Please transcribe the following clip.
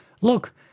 Look